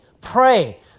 pray